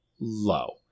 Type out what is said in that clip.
low